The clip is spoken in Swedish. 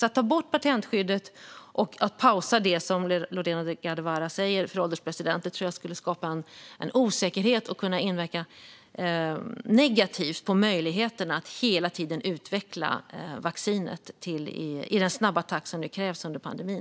Att ta bort patentskyddet och pausa det, som Lorena Delgado Varas säger, fru ålderspresident, tror jag alltså skulle skapa osäkerhet och inverka negativt på möjligheterna att hela tiden utveckla vaccinet i den snabba takt som krävs under pandemin.